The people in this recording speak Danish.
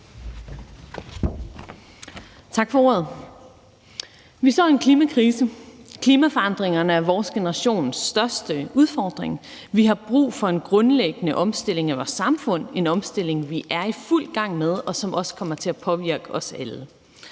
Tak for ordet. Vi står i en klimakrise. Klimaforandringerne er vores generations største udfordring. Vi har brug for en grundlæggende omstilling af vores samfund. Det er en omstilling, vi er i fuld gang med, og som også kommer til at påvirke os alle;